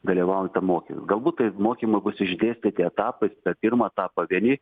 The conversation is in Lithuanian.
dalyvaut ten mokymuos galbūt tai mokymai bus išdėstyti etapais per pirmą etapą vieni